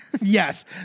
Yes